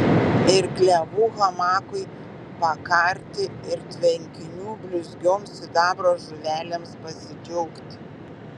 ir klevų hamakui pakarti ir tvenkinių blizgioms sidabro žuvelėms pasidžiaugti